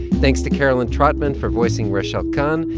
thanks to carolyn trotman for voicing rachel khan.